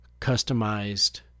customized